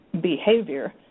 behavior